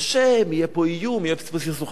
בשם, יהיה פה איום, יהיה סכסוך.